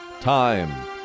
Time